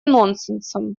нонсенсом